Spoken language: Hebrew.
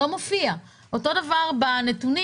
אותו הדבר בנתונים